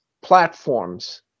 platforms